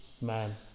man